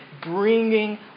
bringing